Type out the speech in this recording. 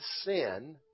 sin